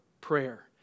prayer